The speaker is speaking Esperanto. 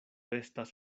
estas